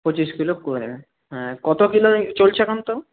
পঁচিশ কিলো করে দেবেন হ্যাঁ কত কিলো চলছে এখন তাও